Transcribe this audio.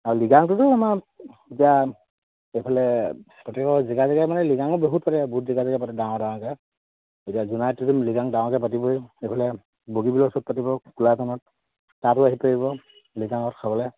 আৰু লিগাংটোতো আমাৰ এতিয়া এইফালে প্ৰতেকৰ জেগা জেগা মানে লিগাঙো বহুত পাতি বহুত জেগা জেগা পাতে ডাঙৰ ডাঙৰকে এতিয়া জোনাইটোত লিগাং ডাঙৰকে পাতিবই এইফালে বগীবিলৰ ওচৰত পাতিব